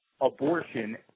abortion